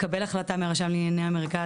לקבל החלטה מהרשם לענייני המרכז,